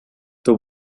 the